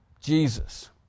Jesus